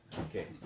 okay